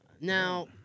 Now